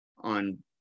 on